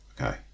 Okay